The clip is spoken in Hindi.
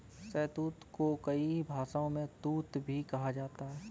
शहतूत को कई भाषाओं में तूत भी कहा जाता है